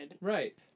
right